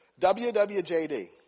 WWJD